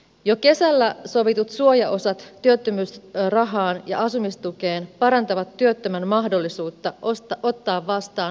jo kesällä sovitut suojaosat työttömyysrahaan ja asumistukeen parantavat työttömän mahdollisuutta ottaa vastaan lyhytaikaistakin työtä